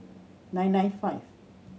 nine nine five